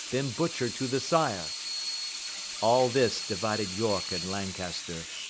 been butcher to the sire all this divided york and lancaster,